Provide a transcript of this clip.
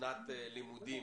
הנתונים האלה.